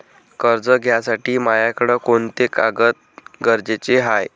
कर्ज घ्यासाठी मायाकडं कोंते कागद गरजेचे हाय?